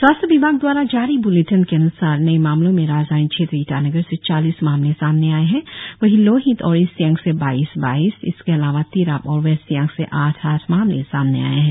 स्वास्थ्य विभाग दवारा जारी ब्लेटिन के अन्सार नए मामलों में राजधानी क्षेत्र ईटानगर से चालीस मामले सामने आए है वही लोहित और ईस्ट सियांग से बाइस बाइस इसके अलावा तिराप और वेस्ट सियांग से आठ आठ मामले सामने आए है